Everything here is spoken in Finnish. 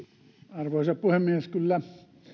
arvoisa puhemies kyllä